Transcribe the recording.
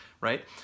right